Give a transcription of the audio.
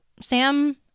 Sam